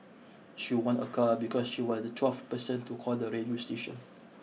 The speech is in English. she won a car because she was the twelfth person to call the radio station